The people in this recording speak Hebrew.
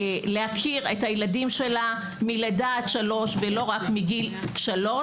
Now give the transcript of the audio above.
להכיר את הילדים שלה מלידה עד שלוש ולא רק מגיל שלוש,